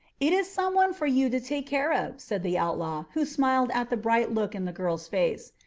it is some one for you to take care of, said the outlaw, who smiled at the bright look in the girl's face.